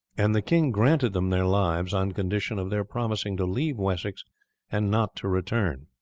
and the king granted them their lives on condition of their promising to leave wessex and not to return.